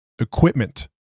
Equipment